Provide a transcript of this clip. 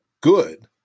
good